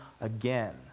again